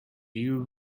you